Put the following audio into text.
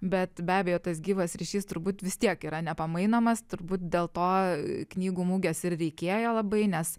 bet be abejo tas gyvas ryšys turbūt vis tiek yra nepamainomas turbūt dėl to knygų mugės ir reikėjo labai nes